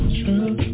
true